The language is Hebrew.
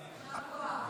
יישר כוח.